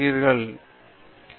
பேராசிரியர் எஸ்